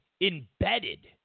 embedded